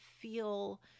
feel